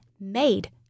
made